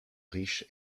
riche